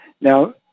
Now